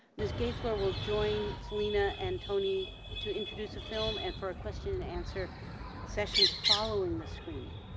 ms. gayflor will join selina and tony to introduce the film and for a question-and-answer session following the screening.